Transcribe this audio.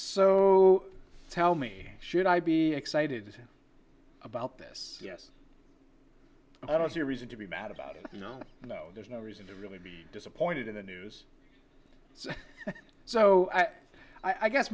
so tell me should i be excited about this yes i don't see a reason to be mad about it you know you know there's no reason to really be disappointed in the news so i guess